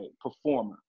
performer